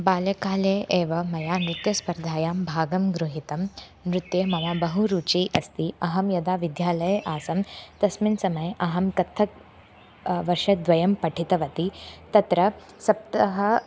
बाल्यकाले एव मया नृत्यस्पर्धायां भागं गृहीतं नृत्ये मम बहु रुचिः अस्ति अहं यदा विद्यालये आसं तस्मिन् समये अहं कत्थक् वर्षद्वयं पठितवती तत्र सप्तः